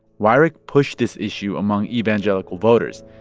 weyrich pushed this issue among evangelical voters,